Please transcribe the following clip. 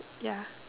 ya